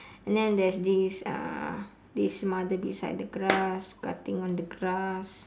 and then there's this uh this mother beside the grass cutting on the grass